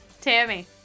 Tammy